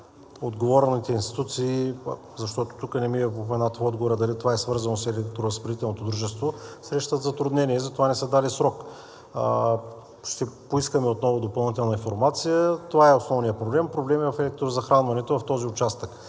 отговорните институции, защото тук не ми е упоменато в отговора дали това е свързано с електроразпределителното дружество, срещат затруднения и затова не са дали срок. Ще поискаме отново допълнителна информация. Това е основният проблем. Проблемът е в електрозахранването в този участък.